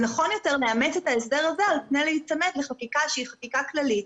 זה נכון יותר לאמץ את ההסדר הזה על פני להיצמד לחקיקה שהיא חקיקה כללית,